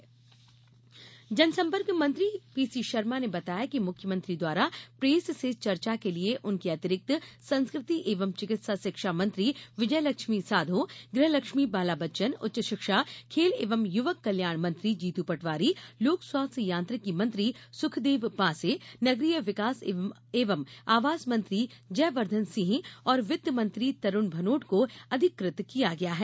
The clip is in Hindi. अधिकृत मंत्री जनसम्पर्क मंत्री पीसी शर्मा ने बताया है कि मुख्यमंत्री द्वारा प्रेस से चर्चा के लिए उनके अतिरिक्त संस्कृति एवं चिकित्सा शिक्षा मंत्री विजयलक्ष्मी साधौ गृह मंत्री बाला बच्चन उच्च शिक्षा खेल एवं युवक कल्याण मंत्री जीतू पटवारी लोक स्वास्थ्य यांत्रिकी मंत्री सुखदेव पांसे नगरीय विकास एवं आवास मंत्री जयवर्धन सिंह और वित्त मंत्री तरूण भनोट को अधिकृत किया गया हैं